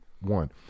one